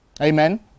Amen